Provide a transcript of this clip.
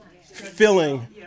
filling